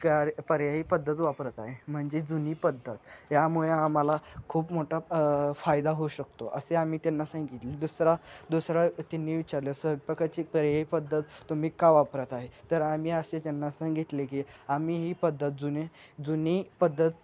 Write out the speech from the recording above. कर पर्यायी पद्धत वापरत आहे म्हणजे जुनी पद्धत यामुळे आम्हाला खूप मोठा फायदा होऊ शकतो असे आम्ही त्यांना सांगितली दुसरा दुसरा त्यांनी विचारलं स्वयंपाकाची पर्यायी पद्धत तुम्ही का वापरत आहे तर आम्ही असे त्यांना सांगितले की आम्ही ही पद्धत जुने जुनी पद्धत